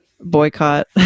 boycott